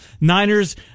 Niners